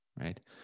right